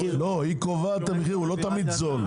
לא, היא קובעת את המחיר הוא לא תמיד זול.